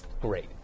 great